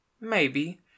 Maybe